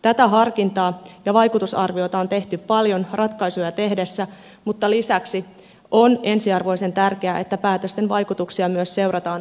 tätä harkintaa ja vaikutusarviota on tehty paljon ratkaisuja tehtäessä mutta lisäksi on ensiarvoisen tärkeää että päätösten vaikutuksia myös seurataan tarkasti jatkossa